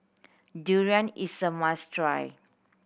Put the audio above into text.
durian is a must try